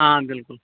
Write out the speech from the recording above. آ بِلکُل